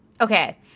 Okay